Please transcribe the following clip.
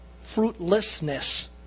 fruitlessness